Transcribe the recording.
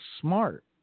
smart